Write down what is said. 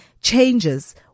changes